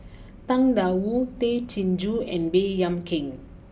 Tang Da Wu Tay Chin Joo and Baey Yam Keng